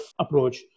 approach